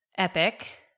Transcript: Epic